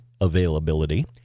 availability